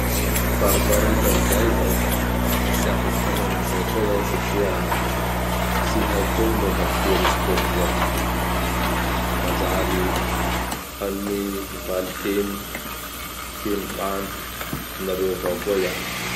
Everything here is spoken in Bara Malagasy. Fariparitan'izay zao da tsy afaky hanao an'izay koa iaho satria tsy haiko koa gny momban'ny Periscope izao. Manjary hanome valiteny feno vandy anareo avao koa iaho.